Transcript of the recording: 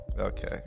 Okay